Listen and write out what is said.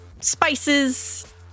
spices